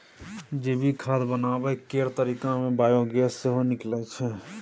जैविक खाद बनाबै केर तरीका मे बायोगैस सेहो निकलै छै